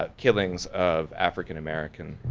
um killings of african-american